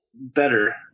better